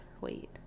Wait